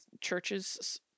churches